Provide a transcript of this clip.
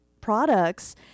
products